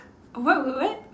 what what what